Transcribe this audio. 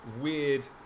weird